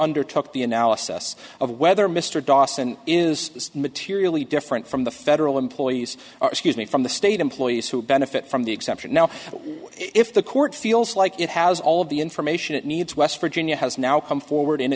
undertook the analysis of whether mr dawson is materially different from the federal employees or excuse me from the state employees who benefit from the exemption now if the court feels like it has all of the information it needs west virginia has now come forward